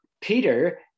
Peter